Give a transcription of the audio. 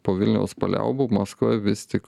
po vilniaus paliaubų maskva vis tik